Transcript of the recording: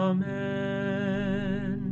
Amen